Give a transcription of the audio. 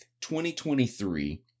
2023